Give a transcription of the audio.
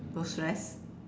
no stress